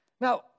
Now